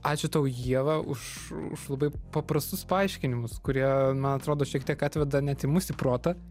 ačiū tau ieva už už labai paprastus paaiškinimus kurie man atrodo šiek tiek atveda net ir mus į protą